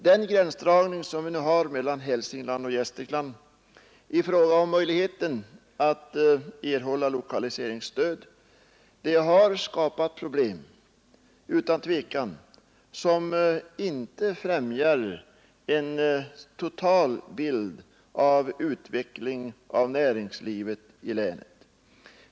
Den gränsdragning som vi nu har mellan Hälsingland och Gästrikland i fråga om möjligheten att erhålla lokaliseringsstöd har utan tvekan skapat problem, som inte befrämjar utvecklingen av näringslivet i länet i dess helhet.